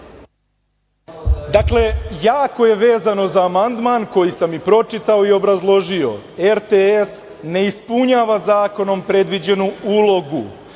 Dakle, jako je vezano za amandman koji sam i pročitao i obrazložio, RTS ne ispunjava zakonom predviđenu ulogu.